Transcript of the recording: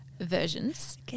versions